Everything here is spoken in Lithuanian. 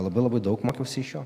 labai labai daug mokiausi iš jo ko